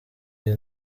iyi